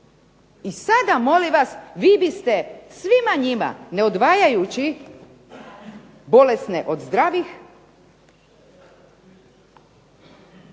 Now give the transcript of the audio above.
I sada molim vas vi biste svima njima ne odvajajući bolesne od zdravih